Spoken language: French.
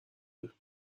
œufs